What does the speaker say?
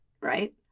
right